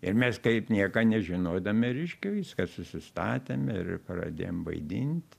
ir mes kaip nieko nežinodami reiškia viską susistatėm ir pradėjom vaidint